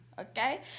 okay